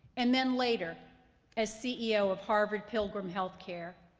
and then later as ceo of harvard pilgrim healthcare,